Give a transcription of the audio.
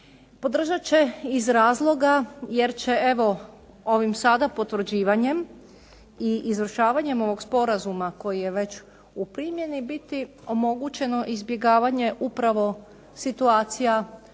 Podržat će iz razloga jer će ovim sada potvrđivanjem i izvršavanjem ovog sporazuma koji će već u primjeni biti omogućeno izbjegavanje upravo situacija